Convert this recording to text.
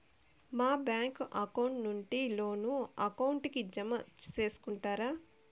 మా bank account నుండి loan account కి జామ సేసుకుంటారా?